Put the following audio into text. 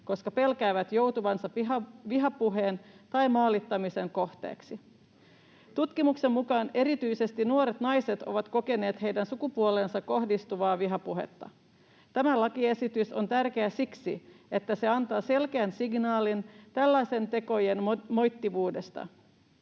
koska pelkäävät joutuvansa vihapuheen tai maalittamisen kohteeksi. Tutkimuksen mukaan erityisesti nuoret naiset ovat kokeneet sukupuoleensa kohdistuvaa vihapuhetta. Tämä lakiesitys on tärkeä siksi, että se antaa selkeän signaalin tällaisten tekojen moitittavuudesta.